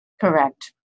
Correct